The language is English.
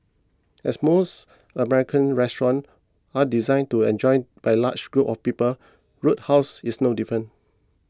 as most American restaurants are designed to enjoyed by large groups of people roadhouse is no different